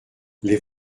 les